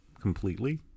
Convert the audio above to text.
completely